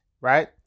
right